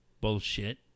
bullshit